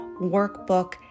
workbook